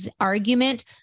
argument